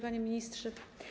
Panie Ministrze!